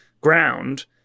ground